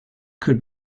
could